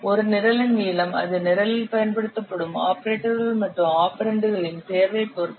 ஒரு நிரலின் நீளம் அது நிரலில் பயன்படுத்தப்படும் ஆபரேட்டர்கள் மற்றும் ஆபரெண்டுகளின் தேர்வைப் பொறுத்தது